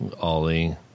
Ollie